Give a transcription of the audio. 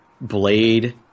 blade